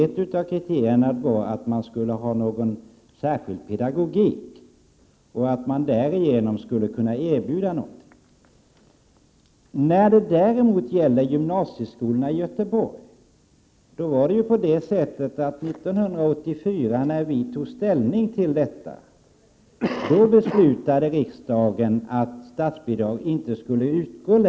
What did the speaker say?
Ett av dessa kriterier var att skolan skulle ha någon särskild pedagogik och att den därigenom skulle erbjuda något speciellt. När vi 1984 tog ställning till frågan om de två fristående gymnasieskolorna i Göteborg beslutade riksdagen att statsbidrag inte längre skulle utgå.